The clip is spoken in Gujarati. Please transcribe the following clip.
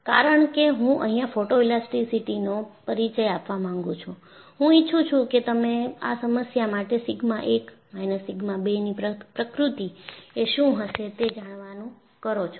કારણ કે હું અહિયાં ફોટોઈલેસ્ટીસીટીનો પરિચય આપવા માંગુ છું હું ઈચ્છું છું કે તમે આ સમસ્યા માટે સિગ્મા 1 માઈનસ સિગ્મા 2 ની પ્રકૃતિ એ શું હશે તે જણાવાનું કરો છો